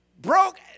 Broke